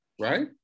right